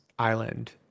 island